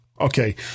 okay